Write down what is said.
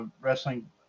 wrestling